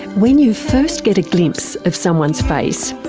when you first get a glimpse of someone's face,